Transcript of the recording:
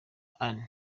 anne